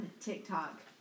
TikTok